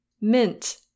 mint